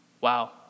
Wow